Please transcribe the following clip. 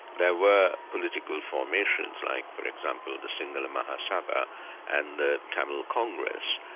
there were political formations like for example the sinhala-mahasabha and the tamil congress,